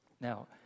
Now